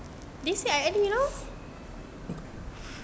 this year I early you know